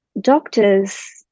Doctors